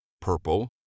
Purple